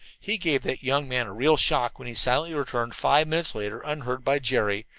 he gave that young man a real shock when he silently returned five minutes later unheard by jerry,